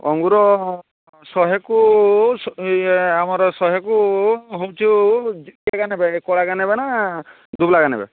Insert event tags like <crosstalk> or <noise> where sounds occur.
ଅଙ୍ଗୁର ଶହେକୁ ଇଏ ଆମର ଶହେକୁ ହେଉଛୁ <unintelligible> କଳାଟା ନେବେ ନା ଧୁବଲାଗା ନେବେ